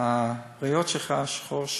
הריאות שלך שחורות